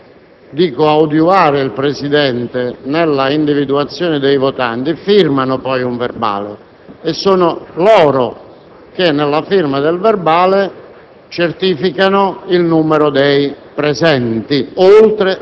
i segretari, che hanno il compito di coadiuvare il Presidente nell'individuazione dei votanti, firmano un verbale e sono loro che nella firma del verbale